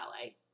ballet